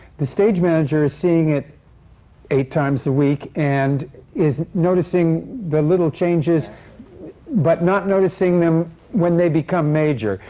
the stage manager is seeing it eight times a week and is noticing the little changes but not noticing them when they become major.